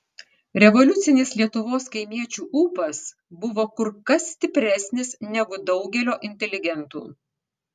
revoliucinis lietuvos kaimiečių ūpas buvo kur kas stipresnis negu daugelio inteligentų